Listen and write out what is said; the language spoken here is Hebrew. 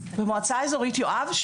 במועצה אזורית יואב,